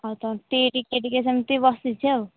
ଆଉ ତଣ୍ଟି ଟିକିଏ ଟିକିଏ ସେମତି ବସିଛି ଆଉ